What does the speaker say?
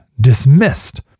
dismissed